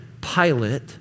Pilate